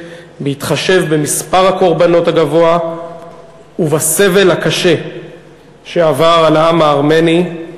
בהתחשב במספר הקורבנות הגבוה ובסבל הקשה שעבר העם הארמני.